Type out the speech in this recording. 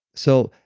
so,